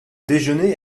déjeuner